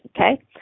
okay